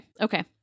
Okay